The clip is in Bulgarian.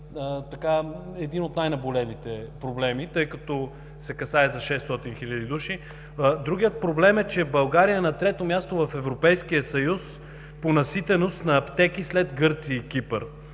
един от най-наболелите проблеми, тъй като се касае за 600 хиляди души. Другият проблем е, че България е на трето място в Европейския съюз по наситеност на аптеки след Гърция и Кипър.